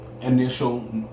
initial